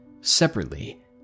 Separately